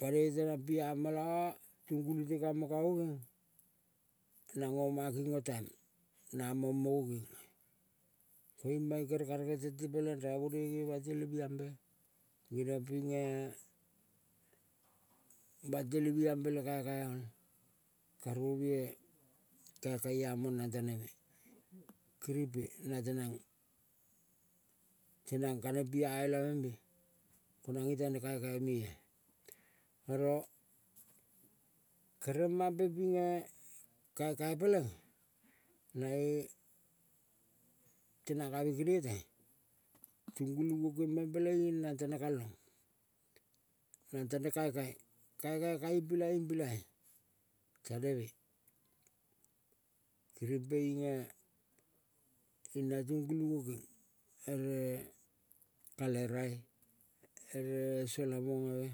Panoi teneng piama la tungulu te kamang ka gokeng nango maki le taim namang mo gokeng koiung mange kere karege tente raivonoi nge bantelevi ambe le kekeol karovue keke amang nang taneme kiripe nang tenang. Tenang kaneng pia elavembe ko nange tane kekemea. Oro kere mampe pinge kekei peleng nae tenang kame keneteng. Tungulu gokeng meng peleng nang tanekalong nang tane kekei. Kekei kaing pilai ing pilai tane me kirimpe inge pina. tungulu gokeng ere kale. Rai ere salamongave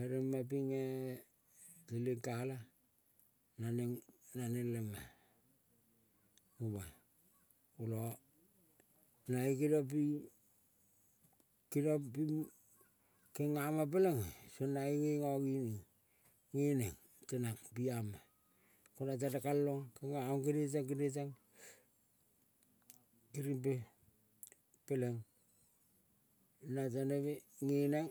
ere mapinge teleng kala naneng nane lema oma. Kola nange keniong ping, keniong ping kengama pelenga song nae nge ngangining ngeneng tenang piama. Ko nange tanekalong kengaong keneteng, keneteng kirimpe peleng nang taneme ngeneng.